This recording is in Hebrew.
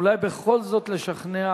אולי בכל זאת לשכנע